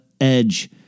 edge